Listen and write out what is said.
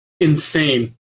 insane